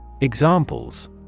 Examples